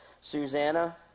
Susanna